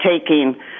taking